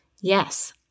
Yes